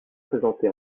présenté